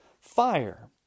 fire